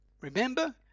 Remember